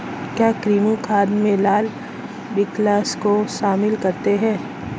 क्या कृमि खाद में लाल विग्लर्स को शामिल करते हैं?